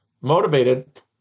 motivated